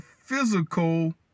physical